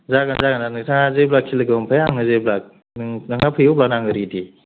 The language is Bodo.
जागोन जागोन नोंथाङा जेब्लाखि लोगो हमफैया आंनो जेब्ला नों नोंथाङा फैयो अब्लानो आं रेदि